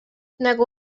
nagu